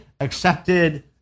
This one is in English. accepted